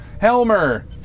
Helmer